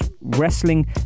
wrestling